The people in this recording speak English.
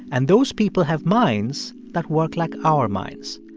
and those people have minds that work like our minds.